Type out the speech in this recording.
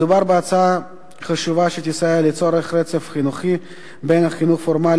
מדובר בהצעה חשובה שתסייע ליצור רצף חינוכי בין החינוך הפורמלי